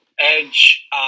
Edge